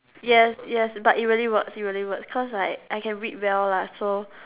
yes yes but it really work it really works cause like I can read well lah so